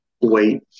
wait